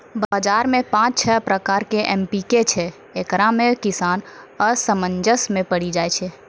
बाजार मे पाँच छह प्रकार के एम.पी.के छैय, इकरो मे किसान असमंजस मे पड़ी जाय छैय?